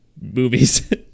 movies